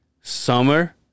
summer